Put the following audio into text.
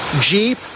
Jeep